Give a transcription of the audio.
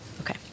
Okay